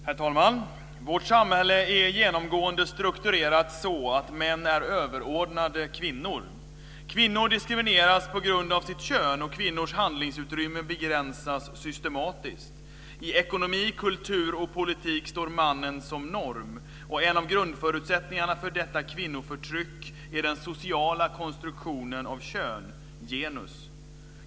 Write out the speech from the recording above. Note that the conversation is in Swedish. Herr talman! Vårt samhället är genomgående strukturerat så att män är överordnade kvinnor. Kvinnor diskrimineras på grund av sitt kön, och kvinnors handlingsutrymme begränsas systematiskt. I ekonomi, kultur och politik står mannen som norm. En av grundförutsättningarna för detta kvinnoförtryck är den sociala konstruktionen av kön, genus.